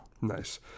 Nice